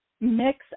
mix